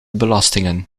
belastingen